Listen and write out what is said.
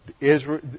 Israel